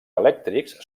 elèctrics